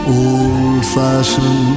old-fashioned